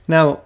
Now